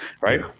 right